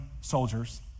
soldiers